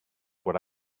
what